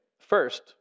first